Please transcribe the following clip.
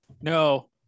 No